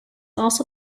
also